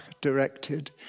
directed